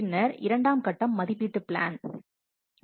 பின்னர் இரண்டாம் கட்டம் மதிப்பீட்டு பிளான்ஆகும்